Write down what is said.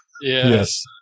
Yes